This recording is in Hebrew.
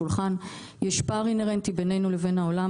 יש פער אינהרנטי בינינו לבין העולם.